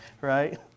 Right